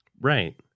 right